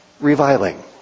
reviling